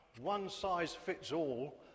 one-size-fits-all